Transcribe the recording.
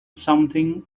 something